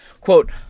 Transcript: Quote